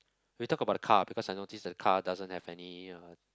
we'll talk about the car because I notice that the car doesn't have any uh